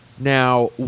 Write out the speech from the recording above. Now